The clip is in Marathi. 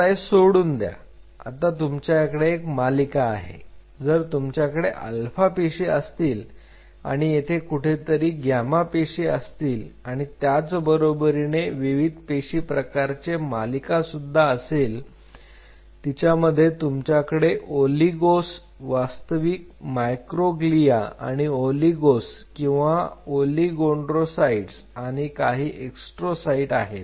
आता हे सोडून द्या आता तुमच्याकडे एक मालिका आहे जर तुमच्याकडे अल्फा पेशी असतील आणि येथे कुठेतरी ग्यामा पेशी असतील आणि त्याच बरोबरीने विविध पेशी प्रकाराचे मालिका सुद्धा असेल तिच्यामध्ये तुमच्याकडे ओलीगोस वास्तवित मायक्रोग्लीया आणि ओलीगोस किंवा ओलीगोडेंडरोसाइट्स आणि काही एस्ट्रोसाईट आहेत